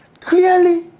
clearly